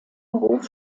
beruf